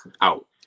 out